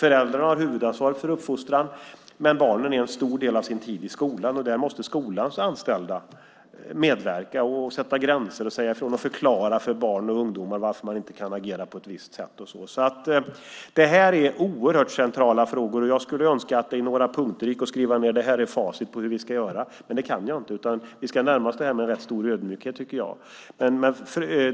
Föräldrar har huvudansvaret för uppfostran. Men barnen är en stor del av sin tid i skolan, och där måste skolans anställda medverka och sätta gränser och säga ifrån och förklara för barn och ungdomar varför man inte kan agera på ett visst sätt och så vidare. Det här är oerhört centrala frågor. Jag skulle önska att det i några punkter gick att skriva ned att det här är facit på hur vi ska göra. Men det kan jag inte, utan vi ska närma oss det här med rätt stor ödmjukhet, tycker jag.